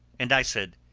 and i said,